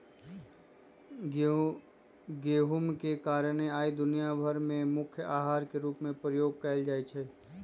गेहूम के कारणे आइ दुनिया भर में मुख्य अहार के रूप में प्रयोग कएल जाइ छइ